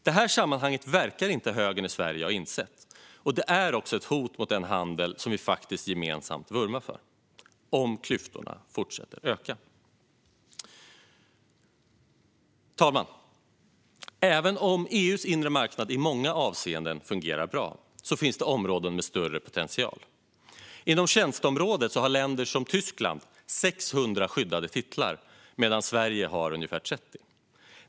Att ökande klyftor är ett hot mot den handel som vi gemensamt vurmar för är dock ett sammanhang som högern i Sverige inte verkar ha insett. Fru talman! Även om EU:s inre marknad i många avseenden fungerar bra finns det områden med större potential. Inom tjänsteområdet har länder som Tyskland 600 skyddade titlar, medan Sverige har ungefär 30.